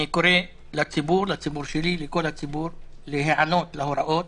אני קורא לציבור שלי ולכלל הציבור להיענות להוראות